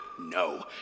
No